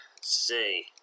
see